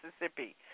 Mississippi